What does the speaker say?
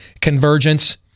convergence